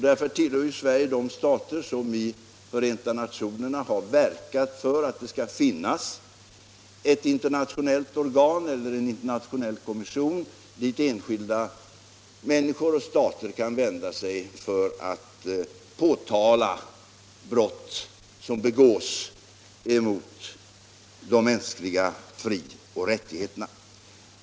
Därför tillhör Sverige de stater som i Förenta nationerna har'verkat för att det skall finnas en internationell kommission, som enskilda människor och stater kan vända sig till för att påtala brott som begås mot de mänskliga frioch rättigheterna.